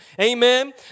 Amen